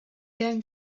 going